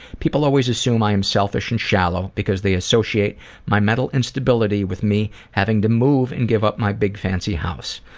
people always assume i'm selfish and shallow because they associate my mental instability with me having to move and give up my big fancy house,